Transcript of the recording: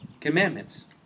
commandments